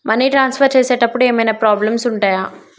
Money transfer చేసేటప్పుడు ఏమైనా problems ఉంటయా?